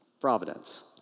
Providence